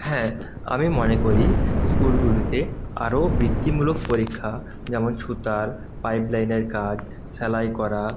হ্যাঁ আমি মনে করি স্কুলগুলিতে আরও বৃত্তিমূলক পরীক্ষা যেমন ছুতোর পাইপ লাইনের কাজ সেলাই করা